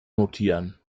notieren